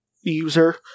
user